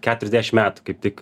keturiasdešim metų kaip tik